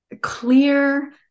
clear